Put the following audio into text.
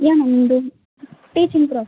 yeah ma'am hmm teaching process